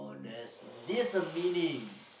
there's this meaning